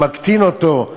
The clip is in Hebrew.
או מקטין אותו,